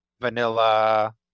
vanilla